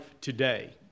today